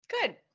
Good